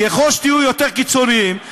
ככל שתהיו יותר קיצוניים,